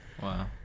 Wow